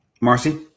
Marcy